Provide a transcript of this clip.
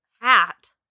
hat